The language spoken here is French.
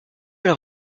leur